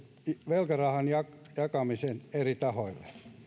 velkarahan jakamisen eri tahoille